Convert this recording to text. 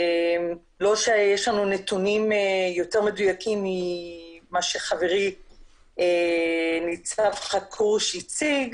לא שיש לנו נתונים יותר מדויקים ממה שחברי ניצב חכרוש הציג,